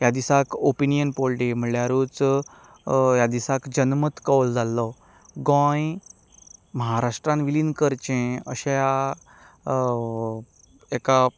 ह्या दिसाक opinion poll day म्हणल्यारूच ह्या दिसाक जनमत कौल जाल्लो गोंय महाराष्ट्रांत विलीन करचें अशा हेका